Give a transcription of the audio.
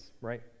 right